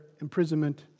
imprisonment